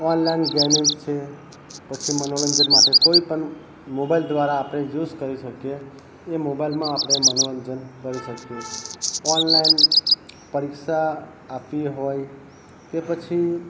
online gaming છે પછી મનોરંજન માટે કોઈ પણ મોબાઈલ દ્વારા આપણે યુઝ કરી શકીએ એ મોબાઈલમાં આપણે મનોરંજન કરી શકીયે ઓનલાઈન પરીક્ષા આપવી હોય કે પછી